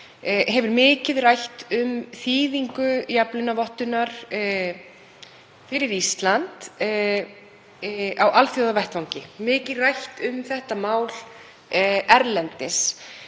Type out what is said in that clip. hefur mikið rætt um þýðingu jafnlaunavottunar fyrir Ísland á alþjóðavettvangi, mikið rætt um þetta mál erlendis